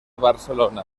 barcelona